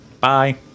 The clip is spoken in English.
Bye